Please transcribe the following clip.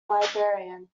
librarian